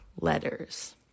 letters